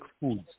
foods